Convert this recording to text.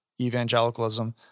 evangelicalism